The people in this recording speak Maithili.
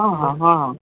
हँ